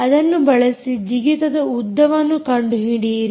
ಅದನ್ನು ಬಳಸಿ ಜಿಗಿತದ ಉದ್ದವನ್ನು ಕಂಡುಹಿಡಿಯಿರಿ